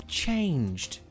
changed